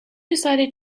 decided